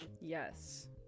yes